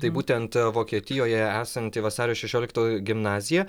tai būtent vokietijoje esanti vasario šešiolikto gimnazija